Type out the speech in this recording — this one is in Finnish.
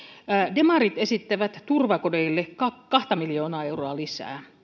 demarit esittävät turvakodeille kaksi miljoonaa euroa lisää